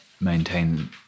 maintain